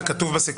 מי נגד?